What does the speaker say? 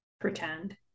Pretend